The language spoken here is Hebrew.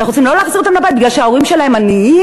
אנחנו רוצים לא להחזיר אותם הביתה כי ההורים שלהם עניים?